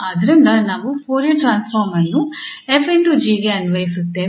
ಆದ್ದರಿಂದ ನಾವು Fourier transform ಅನ್ನು 𝑓 ∗ 𝑔 ಗೆ ಅನ್ವಯಿಸುತ್ತೇವೆ